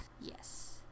Yes